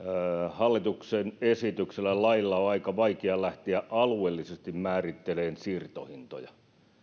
hallituksen esityksellä lailla on on aika vaikea lähteä alueellisesti määrittelemään siirtohintoja